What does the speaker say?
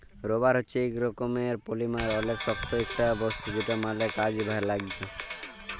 rubber হচ্যে ইক রকমের পলিমার অলেক শক্ত ইকটা বস্তু যেটা ম্যাল কাজে লাগ্যে